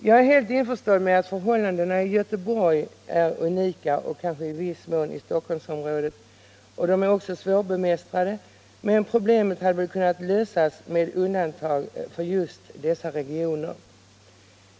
Jag är helt införstådd med att förhållandena i Göteborg och kanske i viss mån även i Stockholmsområdet är unika och svårbemästrade, men problemet hade väl kunnat lösas med ett undantag för just dess regioner.